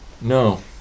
No